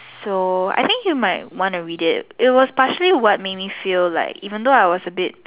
so I think you might want to read it it was partially what made me feel like even though I as a bit